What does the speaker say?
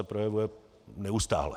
Projevuje se neustále.